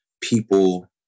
people